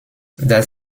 das